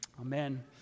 Amen